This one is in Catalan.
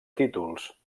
títols